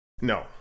no